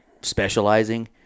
specializing